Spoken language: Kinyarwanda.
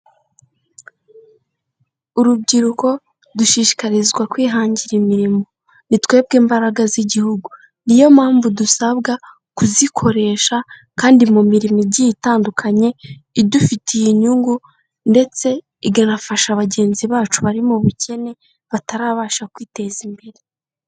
Urubyiruko dushishikarizwa kwihangira imirimo, ni twebwe mbaraga z'igihugu, niyo mpamvu dusabwa kuzikoresha kandi mu mirimo igiye itandukanye, idufitiye inyungu, ndetse ikanafasha bagenzi bacu bari mu bukene batarabasha kwiteza imbere.